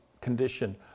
condition